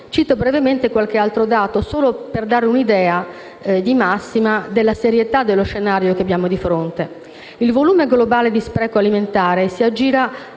Cito brevemente qualche altro dato solo per dare un'idea di massima della serietà dello scenario che abbiamo di fronte. Il volume globale di spreco alimentare sia aggira